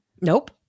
nope